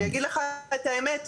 אני אגיד לך את האמת,